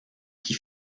qui